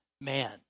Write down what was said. man